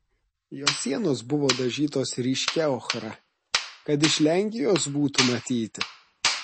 jo sienos buvo dažytos ryškia ochra kad iš lenkijos būtų matyti